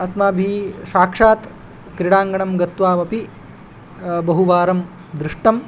अस्माभिः शाक्षात् क्रीडाङ्गणं गत्वा अपि बहुवारं दृष्टम्